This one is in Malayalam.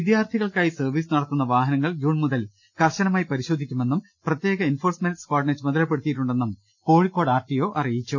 വിദ്യാർത്ഥികൾക്കായി സർവ്വീസ് നടത്തുന്ന വാഹനങ്ങൾ ജൂൺ മുതൽ കർശനമായി പരിശോധിക്കുമെന്നും പ്രത്യേക എൻഫോ ഴ്സ്മെന്റ് സ്കാഡിനെ ചുമതലപ്പെടുത്തിയിട്ടുണ്ടെന്നും കോഴിക്കോട് ആർടിഒ അറിയിച്ചു